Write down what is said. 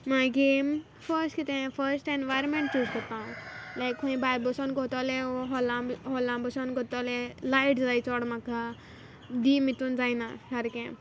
मागीर first first कितें first environment choose कोत्ता हांव लायक हूंयी भायर बोसोन कोत्तोलें वो हॉलां हॉलां बोसोन कोत्तोलें लायट जायी चोड म्हाका डीम इतून जायना सारकें